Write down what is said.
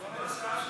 כנסת,